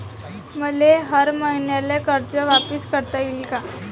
मले हर मईन्याले कर्ज वापिस करता येईन का?